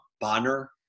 Bonner